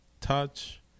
Touch